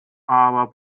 aber